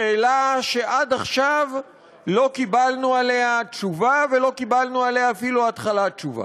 זו שאלה שעד עכשיו לא קיבלנו עליה תשובה ואפילו לא התחלת תשובה.